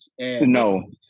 No